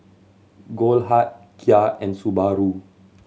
Goldheart Kia and Subaru